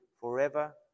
forever